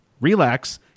relax